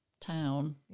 town